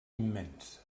immensa